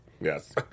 Yes